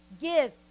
give